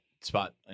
spot